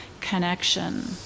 connection